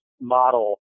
model